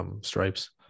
stripes